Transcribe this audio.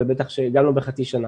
גם לא בחצי שנה.